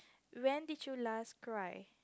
when did you last cry